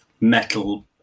metal